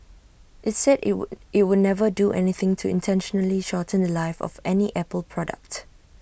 IT said IT would IT would never do anything to intentionally shorten The Life of any apple product